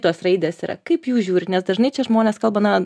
to raidės yra kaip jūs žiūrit nes dažnai čia žmonės kalba na